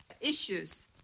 issues